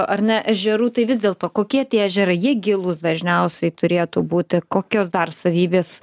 ar ne ežerų tai vis dėlto kokie tie ežerai jie gilūs dažniausiai turėtų būti kokios dar savybės